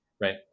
Right